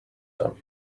them